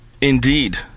Indeed